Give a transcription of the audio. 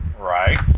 Right